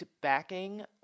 backing